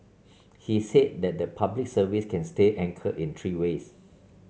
he said that the Public Service can stay anchored in three ways